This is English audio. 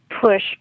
push